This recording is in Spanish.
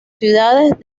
ciudades